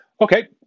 okay